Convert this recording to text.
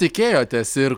tikėjotės ir